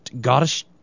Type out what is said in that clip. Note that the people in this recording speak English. goddess